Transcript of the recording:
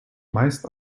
meist